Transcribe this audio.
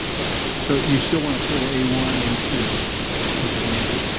but so you still want to pull a one, a two? correct? okay, and a three.